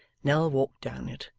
nell walked down it,